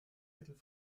viertel